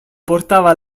portava